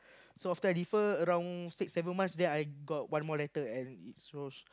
so after I defer around six seven months then I got one more letter and it shows